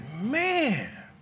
man